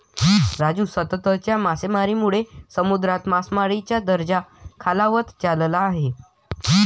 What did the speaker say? राजू, सततच्या मासेमारीमुळे समुद्र मासळीचा दर्जा खालावत चालला आहे